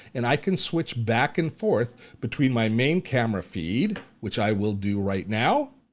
and i can switch back and forth between my main camera feed, which i will do right now.